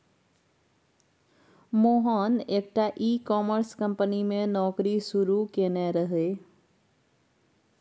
मोहन एकटा e commerce company मे नौकरी शुरू केने रहय